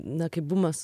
na kai bumas